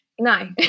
no